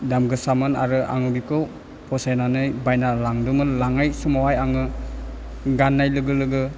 दाम गोसामोन आरो आं बिखौ फसायनानै बायना लांदोंमोन लांनाय समावहाय आङो गान्नाय लोगो लोगो